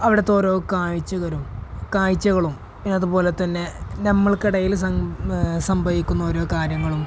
അവിടുത്തെയോരോ കാഴ്ചകളും പിന്നെ അതുപോലെ തന്നെ നമുക്കിടയില് സംഭവിക്കുന്ന ഓരോ കാര്യങ്ങളും